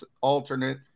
alternate